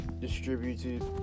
distributed